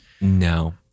No